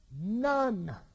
None